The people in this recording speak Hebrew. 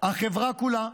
החברה כולה.